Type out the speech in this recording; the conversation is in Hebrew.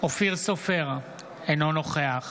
אופיר סופר, אינו נוכח